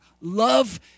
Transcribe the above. Love